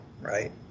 Right